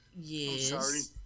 Yes